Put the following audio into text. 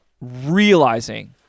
Realizing